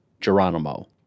Geronimo